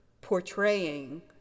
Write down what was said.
portraying